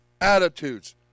attitudes